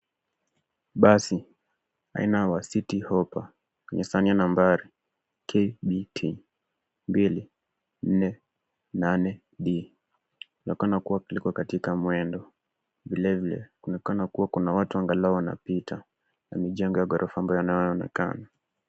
Basi aina ya Citi Hoppa yenye sahani ya nambari KBT 248D inaonekana kuwa liko katika mwendo. Vile vile kunaonekana kuwa na watu angalau wanapita na mijengo ya ghorofa ambayo yanaonekana.